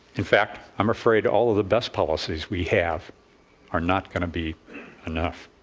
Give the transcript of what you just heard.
in fact, i'm afraid all of the best policies we have are not going to be enough.